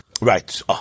Right